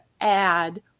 add